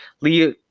Lee